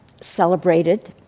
celebrated